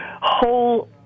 whole